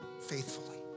faithfully